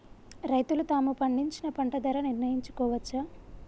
రైతులు తాము పండించిన పంట ధర నిర్ణయించుకోవచ్చా?